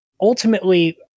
ultimately